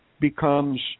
becomes